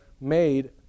made